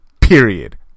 Period